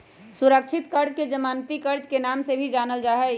सुरक्षित कर्ज के जमानती कर्ज के नाम से भी जानल जाहई